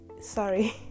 sorry